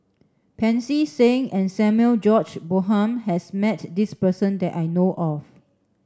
Pancy Seng and Samuel George Bonham has met this person that I know of